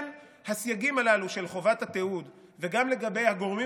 הסייגים הללו של חובת התיעוד וגם לגבי הגורמים